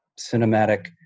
cinematic